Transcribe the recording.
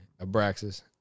Abraxas